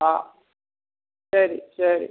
ആ ശരി ശരി